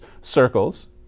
circles